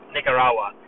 Nicaragua